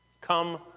Come